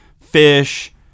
Fish